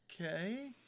okay